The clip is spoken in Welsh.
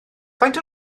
faint